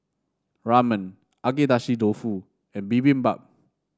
Ramen Agedashi Dofu and Bibimbap